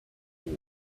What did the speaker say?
four